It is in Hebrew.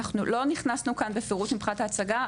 לא נכנסנו כאן לפירוט מבחינת ההצגה.